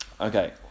okay